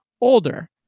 older